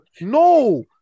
No